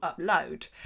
upload